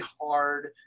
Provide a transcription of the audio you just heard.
hard